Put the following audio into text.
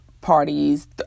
parties